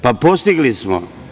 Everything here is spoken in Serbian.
Pa, postigli smo.